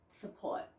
support